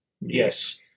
Yes